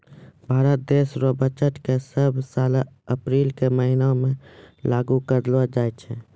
भारत देश रो बजट के सब साल अप्रील के महीना मे लागू करलो जाय छै